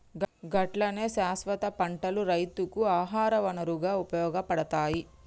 గట్లనే శాస్వత పంటలు రైతుకు ఆహార వనరుగా ఉపయోగపడతాయి